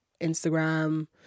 Instagram